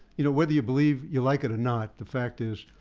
you know whether you believe you like it or not, the fact is,